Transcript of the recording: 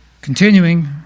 Continuing